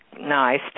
nice